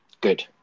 Good